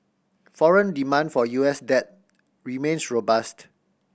foreign demand for U S debt remains robust